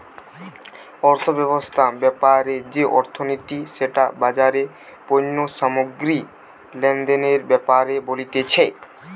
অর্থব্যবস্থা ব্যাপারে যে অর্থনীতি সেটা বাজারে পণ্য সামগ্রী লেনদেনের ব্যাপারে বলতিছে